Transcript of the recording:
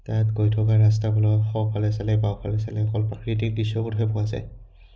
তাত গৈ থকা ৰাস্তাবোৰৰ সোফালে চালে বাওঁফালে চালে অকল প্ৰাকৃতিক দৃশ্যবোৰহে পোৱা যায়